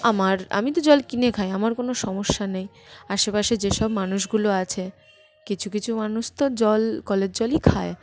আমার আমি তো জল কিনে খাই আমার কোনো সমস্যা নেই আশেপাশে যে সব মানুষগুলো আছে কিছু কিছু মানুষ তো জল কলের জলই খায়